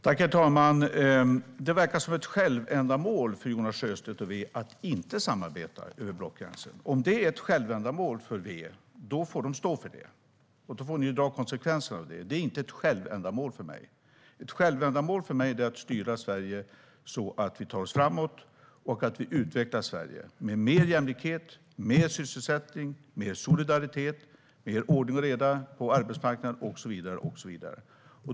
Herr talman! Det verkar vara ett självändamål för Jonas Sjöstedt och Vänsterpartiet att inte samarbeta över blockgränsen. Om det är ett självändamål för V, då får de stå för det och ta konsekvenserna av det. För mig är det inte ett självändamål. Ett självändamål för mig är att styra Sverige så att vi tar oss framåt och utvecklar Sverige med mer jämlikhet, mer sysselsättning, mer solidaritet, mer ordning och reda på arbetsmarknaden och så vidare.